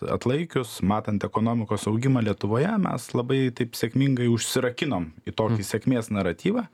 atlaikius matant ekonomikos augimą lietuvoje mes labai taip sėkmingai užsirakinom į tokį sėkmės naratyvą